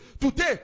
Today